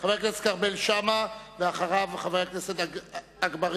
חבר הכנסת כרמל שאמה, ואחריו, חבר הכנסת אגבאריה,